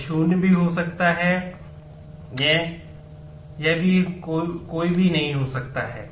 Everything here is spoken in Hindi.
यह शून्य भी हो सकता है यह भी कोई नहीं हो सकता है